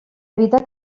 evitar